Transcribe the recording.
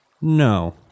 No